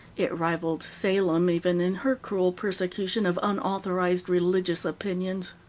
it rivaled salem, even, in her cruel persecution of unauthorized religious opinions.